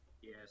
yes